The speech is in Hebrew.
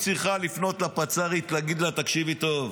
היא צריכה לפנות לפצ"רית, להגיד לה: תקשיבי טוב,